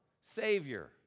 savior